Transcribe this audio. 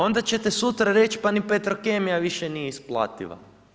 Onda ćete sutra reć pa ni Petrokemija više nije isplativa.